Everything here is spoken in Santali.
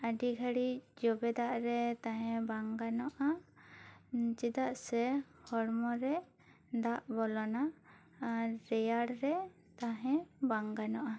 ᱟᱹᱰᱤ ᱜᱷᱟᱹᱲᱤᱡ ᱡᱚᱵᱮ ᱫᱟᱜ ᱨᱮ ᱛᱟᱦᱮᱸ ᱵᱟᱝ ᱜᱟᱱᱚᱜᱼᱟ ᱪᱮᱫᱟᱜ ᱥᱮ ᱦᱚᱲᱢᱚ ᱨᱮ ᱫᱟᱜ ᱵᱚᱞᱚᱱᱟ ᱟᱨ ᱨᱮᱭᱟᱲ ᱨᱮ ᱛᱟᱦᱮᱸ ᱵᱟᱝ ᱜᱟᱱᱚᱜᱼᱟ